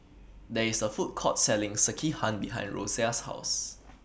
There IS A Food Court Selling Sekihan behind Rosia's House